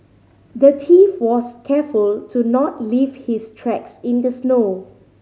the thief was careful to not leave his tracks in the snow